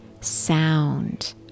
sound